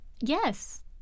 yes